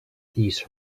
these